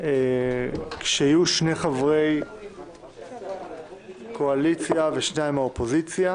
שיהיו שני חברי קואליציה ושניים מהאופוזיציה.